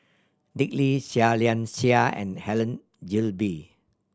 Dick Lee Seah Liang Seah and Helen Gilbey